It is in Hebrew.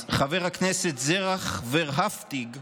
חבר הכנסת זרח ורהפטיג,